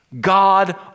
God